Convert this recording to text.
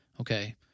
Okay